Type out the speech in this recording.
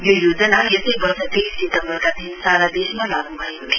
यो योजना यसै वर्ष तेइस सितम्बरका दिन सारा देशमा लागू भएको थियो